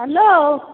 hello